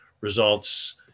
results